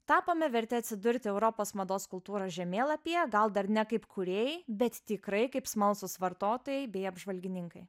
tapome verti atsidurti europos mados kultūros žemėlapyje gal dar ne kaip kūrėjai bet tikrai kaip smalsūs vartotojai bei apžvalgininkai